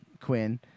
Quinn